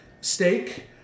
Steak